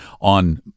on